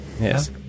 Yes